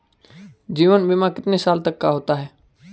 जीवन बीमा कितने साल तक का होता है?